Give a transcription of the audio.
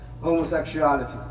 homosexuality